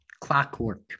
clockwork